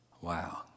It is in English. Wow